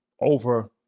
over